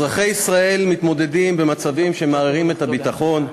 אזרחי ישראל מתמודדים עם מצבים שמערערים את הביטחון: